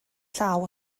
llaw